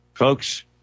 Folks